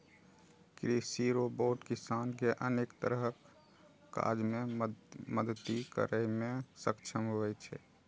कृषि रोबोट किसान कें अनेक तरहक काज मे मदति करै मे सक्षम होइ छै